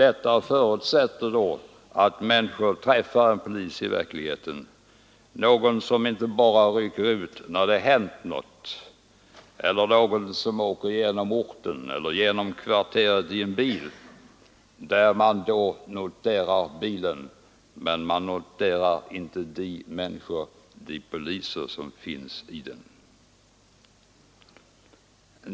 Detta förutsätter att människor träffar en polis i verkligheten, inte bara någon som rycker ut när det hänt något eller någon som åker genom orten eller kvarteret i en bil, varvid man noterar bilen men inte de människor, de poliser som finns i den.